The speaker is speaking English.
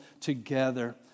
together